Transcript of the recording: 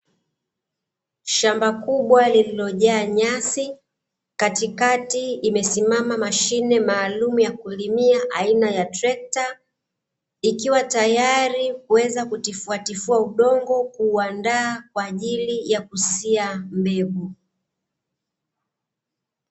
Shamba kubwa lililojaa nyasi, katikati imesimama mashine maalumu ya kulimia aina ya trekta, ikiwa tayari kuweza kutifuatifua udongo, kuuandaa kwa ajili ya kusia mbegu.